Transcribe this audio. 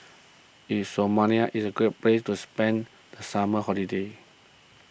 is Somalia is a great place to spend the summer holiday